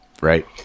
right